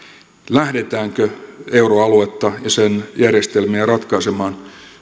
lähdetäänkö euroaluetta ja sen järjestelmiä ratkaisemaan